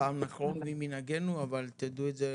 הפעם נחרוג ממנהגנו, אבל תדעו את זה,